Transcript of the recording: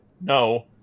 no